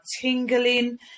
tingling